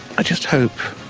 i just hope